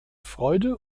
freude